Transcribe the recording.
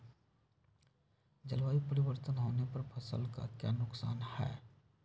जलवायु परिवर्तन होने पर फसल का क्या नुकसान है?